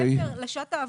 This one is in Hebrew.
מעבר לשעת העבודה,